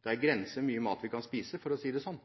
Det er grenser for hvor mye mat vi kan spise, for å si det sånn,